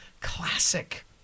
classic